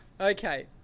Okay